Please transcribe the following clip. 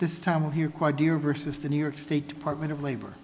this time of year quite dear versus the new york state department of labor